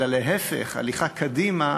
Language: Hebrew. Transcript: אלא להפך: הליכה קדימה,